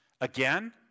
again